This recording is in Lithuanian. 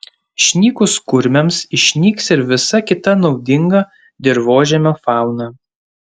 išnykus kurmiams išnyks ir visa kita naudinga dirvožemio fauna